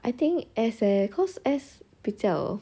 I think ass eh cause ass 比较